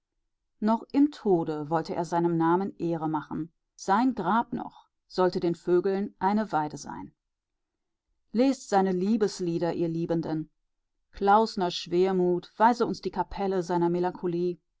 noch im tode wollte er seinem namen ehre machen sein grab noch sollte den vögeln eine weide sein lest seine liebeslieder ihr liebenden klausner schwermut weise uns die kapelle seiner melancholie